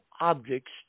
objects